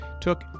took